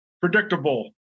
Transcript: predictable